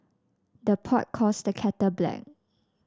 the pot calls the kettle black